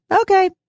okay